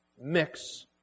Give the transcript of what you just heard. mix